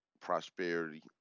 prosperity